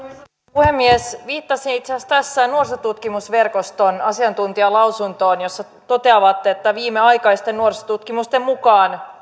puhemies viittasin itse asiassa nuorisotutkimusverkoston asiantuntijalausuntoon jossa he toteavat että viimeaikaisten nuorisotutkimusten mukaan